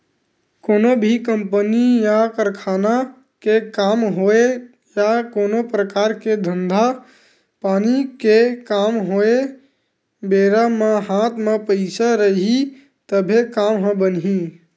कोनो भी कंपनी या कारखाना के काम होवय या कोनो परकार के धंधा पानी के काम होवय बेरा म हात म पइसा रइही तभे काम ह बनही